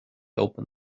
open